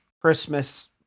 Christmas